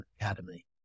academy